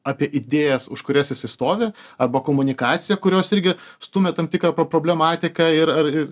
apie idėjas už kurias jisai stovi arba komunikaciją kurios irgi stumia tam tikrą problematiką ir ar ir